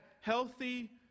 healthy